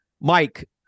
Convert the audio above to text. Mike